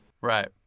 right